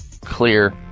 clear